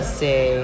see